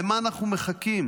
למה אנחנו מחכים?